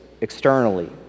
externally